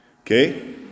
Okay